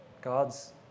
God's